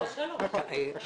אנחנו